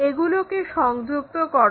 এগুলোকে সংযুক্ত করো